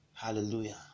Hallelujah